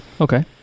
Okay